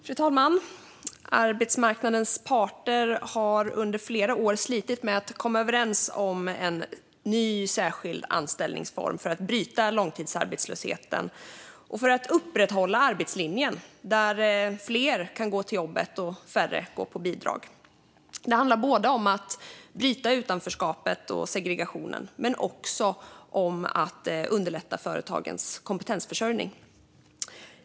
Fru talman! Arbetsmarknadens parter har under flera år slitit med att komma överens om en ny särskild anställningsform för att bryta långtidsarbetslösheten och för att upprätthålla arbetslinjen, där fler kan gå till jobbet och färre gå på bidrag. Det handlar både om att bryta utanförskapet och segregationen och om att underlätta företagens kompetensförsörjning.